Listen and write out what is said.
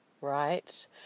right